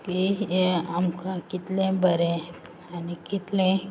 की यें आमकां कितलें बरें आनी कितलें